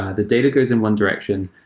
ah the data goes in one direction,